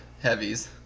heavies